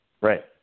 right